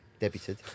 Debuted